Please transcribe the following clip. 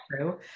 true